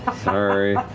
ah sorry.